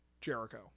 Jericho